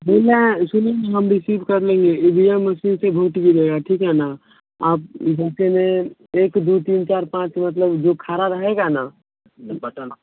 बोल रहे हैं सुने ना हम रिसीव कर लेंगे ईवीएम मसीन से भोट गिरेगा ठीक है ना आप जैसे मैं एक दो तीन चार पाँच मतलब जो खड़ा रहेगा ना बटन